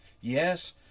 yes